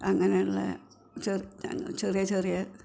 അങ്ങനെയുള്ള ചെറിയ ചെറിയ